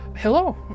hello